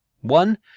One